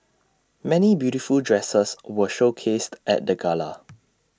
many beautiful dresses were showcased at the gala